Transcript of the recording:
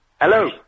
Hello